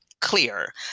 clear